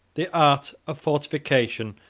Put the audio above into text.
the art of fortification,